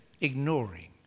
ignoring